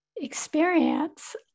experience